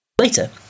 Later